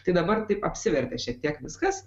tai dabar taip apsivertė šitiek viskas